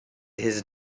his